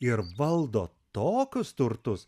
ir valdo tokius turtus